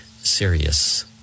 serious